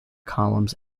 columns